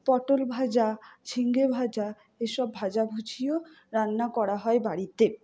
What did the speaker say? পটল ভাজা ঝিঙে ভাজা এ সব ভাজাভুজিও রান্না করা হয় বাড়িতে